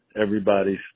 everybody's